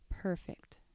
Perfect